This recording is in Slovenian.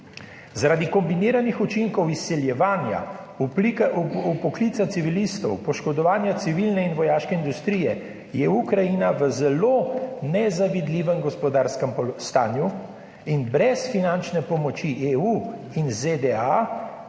Zaradi kombiniranih učinkov izsiljevanja oblika vpoklica civilistov, poškodovanja civilne in vojaške industrije je Ukrajina v zelo nezavidljivem gospodarskem stanju in brez finančne pomoči EU in ZDA,